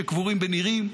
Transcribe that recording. שקבורים בנירים.